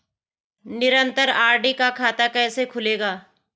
निरन्तर आर.डी का खाता कैसे खुलेगा?